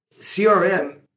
CRM